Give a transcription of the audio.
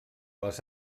les